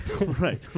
right